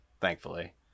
Thankfully